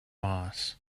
moss